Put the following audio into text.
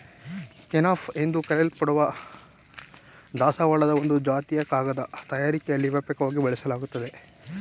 kenaf ಎಂದು ಕರೆಯಲ್ಪಡುವ ದಾಸವಾಳದ ಒಂದು ಜಾತಿಯನ್ನು ಕಾಗದ ತಯಾರಿಕೆಲಿ ವ್ಯಾಪಕವಾಗಿ ಬಳಸಲಾಗ್ತದೆ